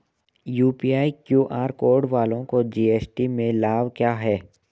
UPI QR code वालों को GST में लाभ क्या है?